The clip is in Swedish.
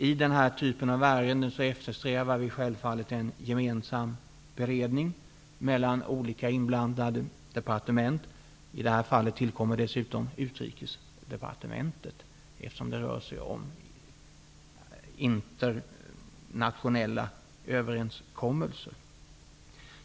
I den här typen av ärenden eftersträvar vi självfallet en gemensam beredning mellan olika inblandade departement. I det här fallet tillkommer dessutom Utrikesdepartementet, eftersom det rör sig om internationella överenskommelser.